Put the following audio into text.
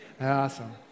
awesome